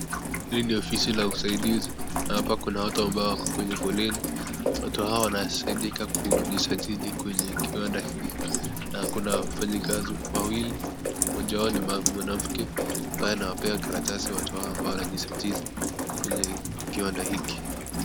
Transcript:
Hii ni ofisi la usaidizi na hapa kuna watu ambao wako kwenye foleni. Watu hawa wanasaidika kujisajili kwenye kiwanda hii. Na kuna wafanyikazi wawili, mmoja wao ni mwanamke ambaye anawapea karatasi watu hao ambao wanajisajili kwenye kiwanda hiki.